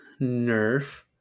nerf